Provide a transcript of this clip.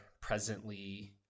presently